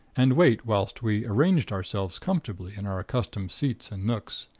and wait whilst we arranged ourselves comfortably in our accustomed seats and nooks.